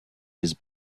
his